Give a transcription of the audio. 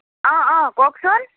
অ অ কওকচোন